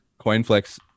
Coinflex